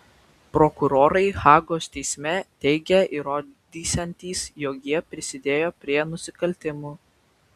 prokurorai hagos teisme teigė įrodysiantys jog jis prisidėjo prie nusikaltimų